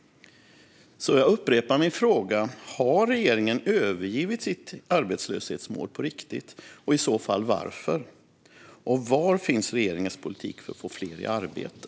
Jag upprepar därför min fråga: Har regeringen på riktigt övergivit sitt arbetslöshetsmål, och i så fall varför? Och var finns regeringens politik för att få fler i arbete?